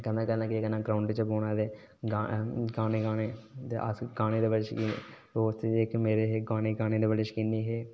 कदें कदें असें ग्रांउड च बौह्ना गाने गाने दोस्त जेह्के मेरे हे गाने दे बड़े शकीन हे